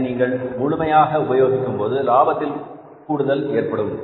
அதனை நீங்கள் முழுமையாக உபயோகிக்கும்போது லாபத்தில் கூடுதல் ஏற்படும்